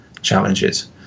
challenges